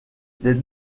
les